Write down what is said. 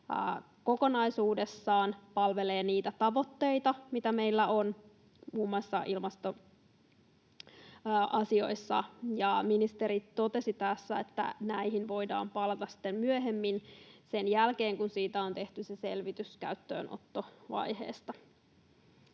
kokonaisuudessaan palvelee niitä tavoitteita, mitä meillä on muun muassa ilmastoasioissa. Ministeri totesi tässä, että näihin voidaan palata sitten myöhemmin, sen jälkeen, kun on tehty selvitys käyttöönottovaiheesta.